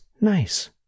nice